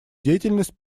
деятельность